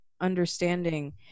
understanding